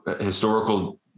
historical